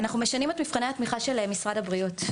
אנחנו משנים את מבחני התמיכה של משרד הבריאות,